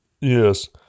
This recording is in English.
Yes